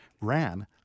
ran